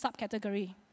subcategory